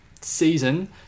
season